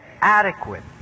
adequate